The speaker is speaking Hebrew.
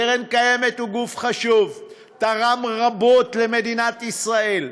קרן קיימת היא גוף חשוב שתרם רבות למדינת ישראל,